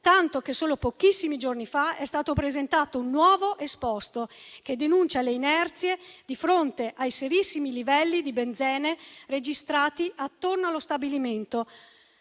tanto che solo pochissimi giorni fa è stato presentato un nuovo esposto che denuncia le inerzie di fronte ai serissimi livelli di benzene registrati attorno allo stabilimento.